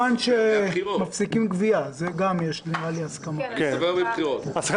הסכמת גבייה נראה לי שמוסכמת על כולם.